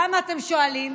למה, אתם שואלים?